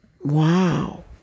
Wow